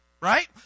Right